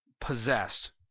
possessed